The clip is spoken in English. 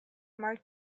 marked